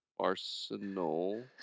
Arsenal